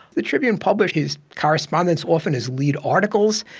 the tribune published his correspondence often as lead articles.